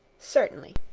certainly.